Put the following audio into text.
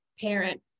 parent